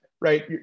right